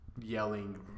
yelling